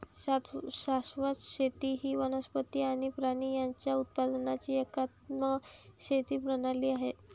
शाश्वत शेती ही वनस्पती आणि प्राणी यांच्या उत्पादनाची एकात्मिक शेती प्रणाली आहे